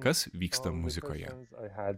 kas vyksta muzikoje